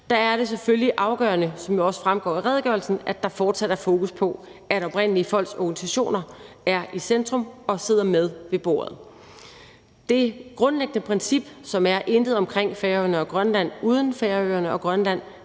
Der er det selvfølgelig afgørende, som det også fremgår af redegørelsen, at der fortsat er fokus på, at oprindelige folks organisationer er i centrum og sidder med ved bordet. Kl. 15:16 Intet omkring Færøerne og Grønland uden Færøerne og Grønland